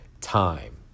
time